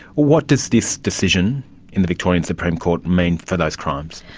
what does this decision in the victorian supreme court mean for those crimes?